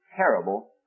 Terrible